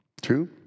True